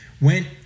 went